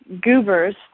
goobers